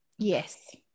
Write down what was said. Yes